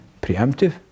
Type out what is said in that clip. preemptive